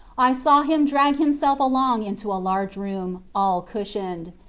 i saw him drag him self along into a large room all cushioned.